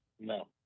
No